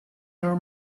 her